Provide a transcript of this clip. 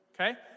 okay